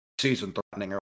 season-threatening